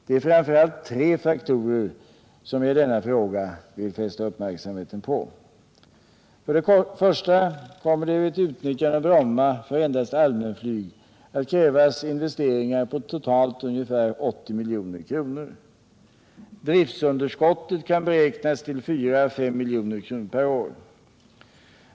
Det är framför allt tre faktorer som jag i denna fråga vill fästa uppmärksamheten på. För det första kommer det vid ett utnyttjande av Bromma för endast allmänflyg att krävas investeringar på totalt ca 80 milj.kr. Driftunderskottet kan beräknas till 4-5 milj.kr. per år.